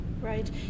right